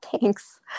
Thanks